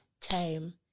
time